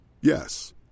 Yes